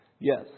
Yes